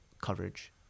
coverage